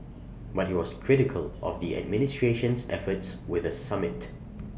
but he was critical of the administration's efforts with A summit